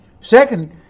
Second